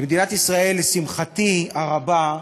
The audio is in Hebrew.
למדינת ישראל, לשמחתי הרבה,